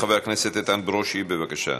חבר הכנסת איתן ברושי, בבקשה.